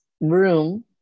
room